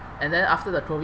and then after the COVID